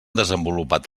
desenvolupat